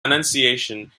annunciation